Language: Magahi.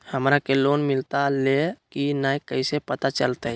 हमरा के लोन मिलता ले की न कैसे पता चलते?